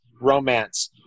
romance